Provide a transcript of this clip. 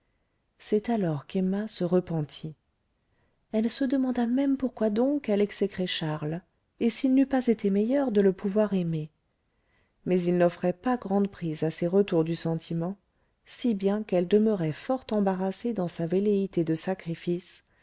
c'est alors qu'emma se repentit elle se demanda même pourquoi donc elle exécrait charles et s'il n'eût pas été meilleur de le pouvoir aimer mais il n'offrait pas grande prise à ces retours du sentiment si bien qu'elle demeurait fort embarrassée dans sa velléité de sacrifice